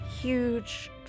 huge